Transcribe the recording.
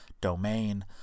domain